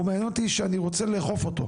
מעניין אותי שאני רוצה לאכוף אותו.